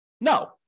No